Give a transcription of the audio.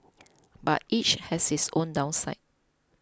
but each has its own downside